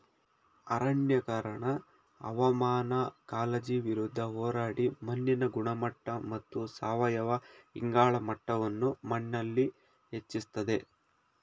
ಅರಣ್ಯೀಕರಣ ಹವಾಮಾನ ಕಾಳಜಿ ವಿರುದ್ಧ ಹೋರಾಡಿ ಮಣ್ಣಿನ ಗುಣಮಟ್ಟ ಮತ್ತು ಸಾವಯವ ಇಂಗಾಲ ಮಟ್ಟವನ್ನು ಮಣ್ಣಲ್ಲಿ ಹೆಚ್ಚಿಸ್ತದೆ